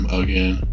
again